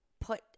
put